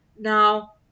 Now